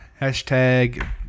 Hashtag